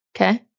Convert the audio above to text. Okay